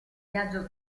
viaggio